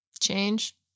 Change